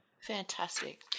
Fantastic